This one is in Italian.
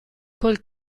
col